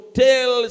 tell